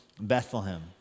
Bethlehem